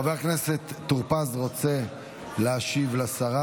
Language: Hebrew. חבר הכנסת טור פז רוצה להשיב לשרה.